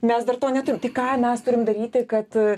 mes dar to neturim tai ką mes turim daryti kad